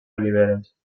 oliveres